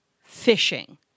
fishing